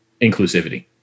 inclusivity